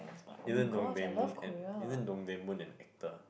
isn't Dongdaemun an isn't Dongdaemun an actor